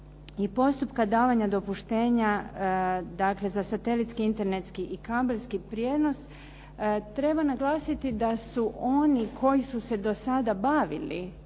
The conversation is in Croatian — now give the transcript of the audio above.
postupka davanja dopuštenja, dakle za satelitski, internetski i kabelski prijenos treba naglasiti da su oni koji su se do sada bavili